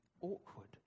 awkward